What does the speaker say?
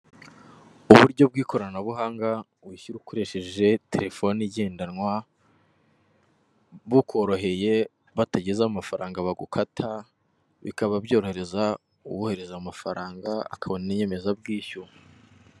Uburyo bw'ikoranabuhanga wishyura ukoresheje telefone igendanwa bukoroheye batagezaho amafaranga bagukata, bikaba byorohereza uwohereza amafaranga akabona inyemeza bwishyu.